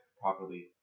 properly